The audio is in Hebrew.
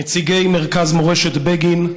נציגי מרכז מורשת בגין,